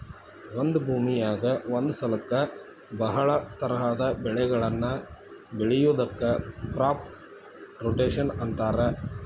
ಒಂದ ಭೂಮಿಯಾಗ ಒಂದ ಸಲಕ್ಕ ಬಹಳ ತರಹದ ಬೆಳಿಗಳನ್ನ ಬೆಳಿಯೋದಕ್ಕ ಕ್ರಾಪ್ ರೊಟೇಷನ್ ಅಂತಾರ